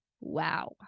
Wow